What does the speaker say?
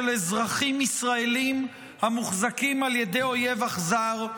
אזרחים ישראלים המוחזקים על ידי אויב אכזר.